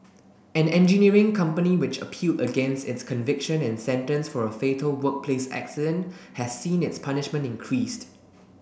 an engineering company which appealed against its conviction and sentence for a fatal workplace accident has seen its punishment increased